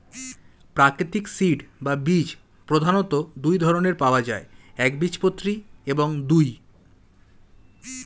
প্রাকৃতিক সিড বা বীজ প্রধানত দুই ধরনের পাওয়া যায় একবীজপত্রী এবং দুই